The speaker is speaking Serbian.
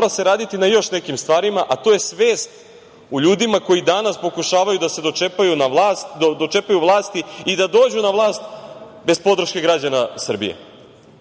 da se radi na još nekim stvarima, a to je svest u ljudima koji danas pokušavaju da se dočepaju vlasti i da dođu na vlast bez podrške građana Srbije. Smatram